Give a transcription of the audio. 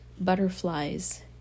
butterflies